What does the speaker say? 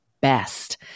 best